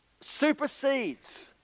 supersedes